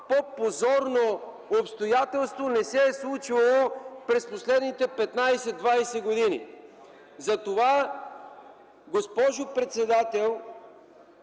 по-позорно обстоятелство не се е случвало през последните 15-20 години! Госпожо председател,